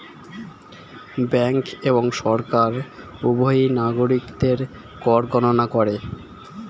bank এবং সরকার উভয়ই নাগরিকদের কর গণনা করে